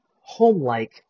home-like